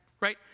Right